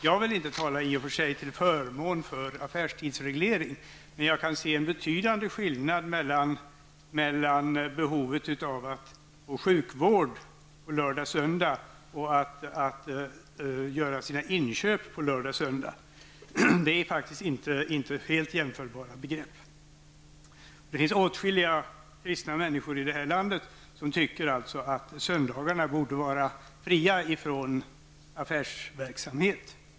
Jag vill i och för sig inte tala till förmån för affärstidsreglering, men jag kan se en betydande skillnad mellan behovet av att få sjukvård på lördagar och söndagar och att göra sina inköp på lördagar och söndagar. Det är faktiskt inte helt jämförbara begrepp. Det finns åtskilliga kristna människor i det här landet som tycker att söndagarna borde vara fria från affärsverksamhet.